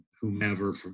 whomever